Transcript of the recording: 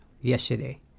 yesterday